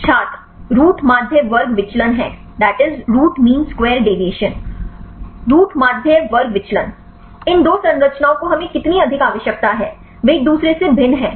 छात्र रूट माध्य वर्ग विचलन है रूट माध्य वर्ग विचलन इन दो संरचनाओं को हमें कितनी अधिक आवश्यकता है वे एक दूसरे से भिन्न हैं